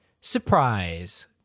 surprise